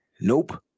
Nope